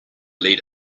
led